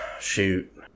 shoot